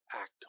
act